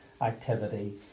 activity